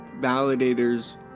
validators